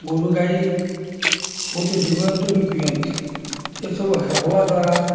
ଗୋରୁଗାଈ ବହୁତ ଜୀବଜନ୍ତୁ ବି ପିଅନ୍ତି ଏସବୁ ହେବା ଦ୍ୱାରା